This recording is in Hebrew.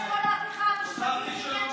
זה יפתור שלא